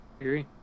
agree